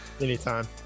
anytime